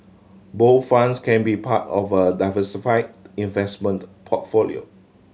bond funds can be part of a diversified investment portfolio